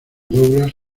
douglas